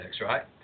right